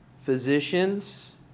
physicians